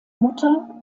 mutter